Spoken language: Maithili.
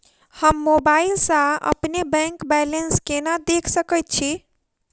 हम मोबाइल सा अपने बैंक बैलेंस केना देख सकैत छी?